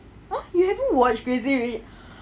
!huh! you haven't watch crazy rich